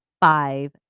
five